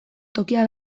tokia